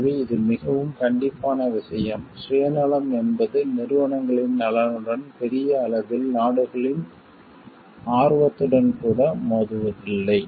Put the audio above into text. எனவே இது மிகவும் கண்டிப்பான விஷயம் சுயநலம் என்பது நிறுவனங்களின் நலனுடன் பெரிய அளவில் நாடுகளின் ஆர்வத்துடன் கூட மோதுவதில்லை